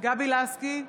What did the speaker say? גבי לסקי,